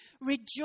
Rejoice